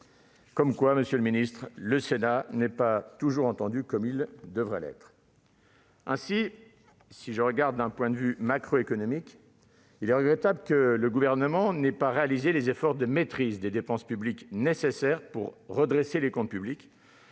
ont finalement été supprimés. Le Sénat n'est pas toujours entendu comme il se doit ... Ainsi, d'un point de vue macroéconomique, il est regrettable que le Gouvernement n'ait pas réalisé les efforts de maîtrise des dépenses publiques nécessaires pour redresser les comptes publics,